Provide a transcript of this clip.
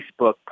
Facebook